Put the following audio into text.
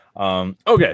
Okay